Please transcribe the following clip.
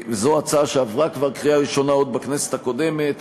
זו הצעה שעברה כבר בקריאה ראשונה בכנסת הקודמת,